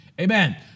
Amen